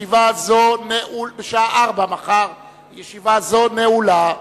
בשעה 16:00. ישיבה זו נעולה.